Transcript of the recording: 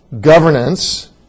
governance